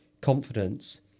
confidence